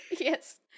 Yes